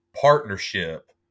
partnership